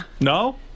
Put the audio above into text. No